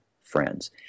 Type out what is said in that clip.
friends